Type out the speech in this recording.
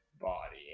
body